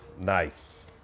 Nice